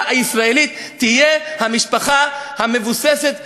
הישראלית תהיה המשפחה המבוססת והרגילה.